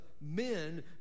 men